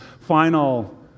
final